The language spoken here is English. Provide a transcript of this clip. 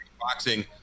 boxing